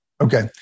Okay